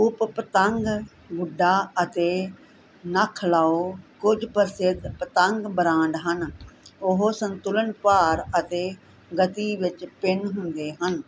ਕੁਪ ਪਤੰਗ ਗੁੱਡਾ ਅਤੇ ਨਖਲਾਓ ਕੁੱਝ ਪ੍ਰਸਿੱਧ ਪਤੰਗ ਬ੍ਰਾਂਡ ਹਨ ਉਹ ਸੰਤੁਲਨ ਭਾਰ ਅਤੇ ਗਤੀ ਵਿੱਚ ਭਿੰਨ ਹੁੰਦੇ ਹਨ